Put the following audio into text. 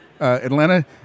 Atlanta